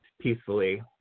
peacefully